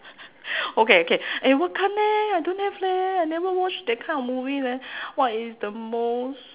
okay okay eh what come eh I don't have leh I never watch that kind of movie leh what is the most